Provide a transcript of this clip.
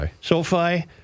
SoFi